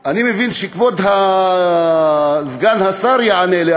אני מבין שכבוד סגן השר יענה לי,